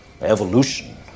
Evolution